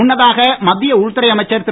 முன்னதாக மத்திய உள்துறை அமைச்சர் திரு